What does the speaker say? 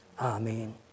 Amen